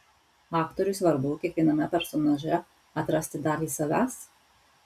aktoriui svarbu kiekviename personaže atrasti dalį savęs